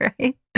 right